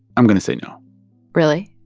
i'm going to say no really?